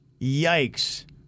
Yikes